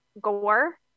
gore